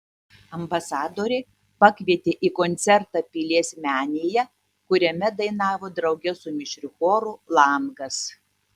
ambasadorė pakvietė į koncertą pilies menėje kuriame dainavo drauge su mišriu choru langas